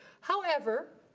however,